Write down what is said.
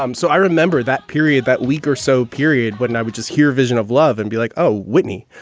um so i remember that period that week or so period but now we just hear vision of love and be like, oh, whitney.